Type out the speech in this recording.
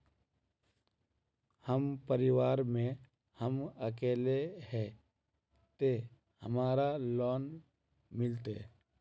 हम परिवार में हम अकेले है ते हमरा लोन मिलते?